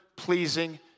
pleasing